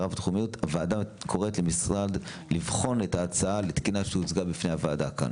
הוועדה קוראת למשרד לבחון את ההצעה לתקינה שהוצגה בפני הוועדה כאן.